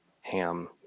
ham